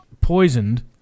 poisoned